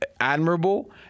admirable